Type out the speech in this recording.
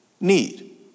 need